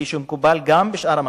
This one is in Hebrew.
גם כפי שמקובל בשאר המקצועות,